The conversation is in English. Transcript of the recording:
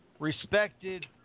Respected